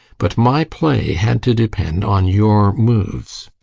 but my play had to depend on your moves.